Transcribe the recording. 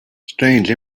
strange